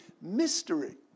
mystery